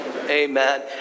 Amen